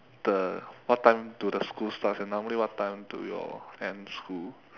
the what time do the school starts and normally what time do you all end school